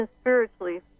spiritually